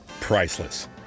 Priceless